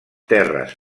terres